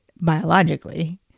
biologically